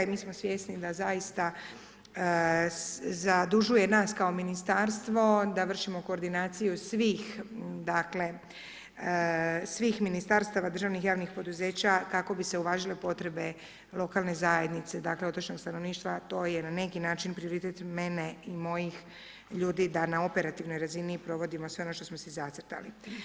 I mi smo svjesni da zaista zadužuje nas kao ministarstvo da vršimo koordinaciju svih dakle, svih ministarstava državnih javnih poduzeća kako bi se uvažile potrebe lokalne zajednice, dakle otočnog stanovništva a to je na neki način prioritet mene i mojih ljudi da na operativnoj razini provodimo sve ono što smo si zacrtali.